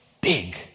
Big